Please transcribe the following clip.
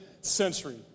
century